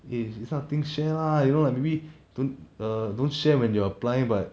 eh this type of thing share lah you know like maybe don't err don't share when you're applying but